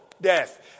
death